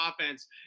offense